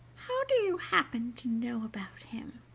how do you happen to know about him?